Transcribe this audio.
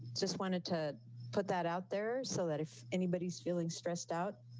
just wanted to put that out there so that if anybody's feeling stressed out,